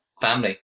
Family